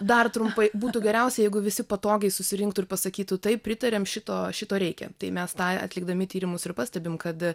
dar trumpai būtų geriausia jeigu visi patogiai susirinktų ir pasakytų taip pritariame šito šito reikia tai mes tą atlikdami tyrimus ir pastebim kad